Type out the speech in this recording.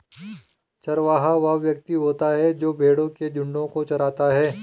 चरवाहा वह व्यक्ति होता है जो भेड़ों के झुंडों को चराता है